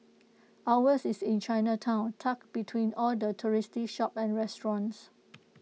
ours is in Chinatown tucked between all the touristy shops and restaurants